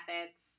methods